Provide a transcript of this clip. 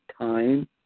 time